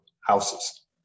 houses